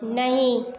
नहीं